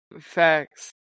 Facts